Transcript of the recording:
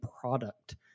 product